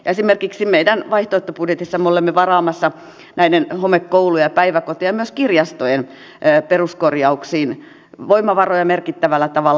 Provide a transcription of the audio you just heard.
esimerkiksi vaihtoehtobudjetissamme me olemme varaamassa näiden homekoulujen ja päiväkotien ja myös kirjastojen peruskorjauksiin voimavaroja merkittävällä tavalla